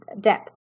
depth